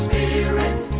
Spirit